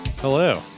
Hello